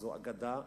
זו אגדה.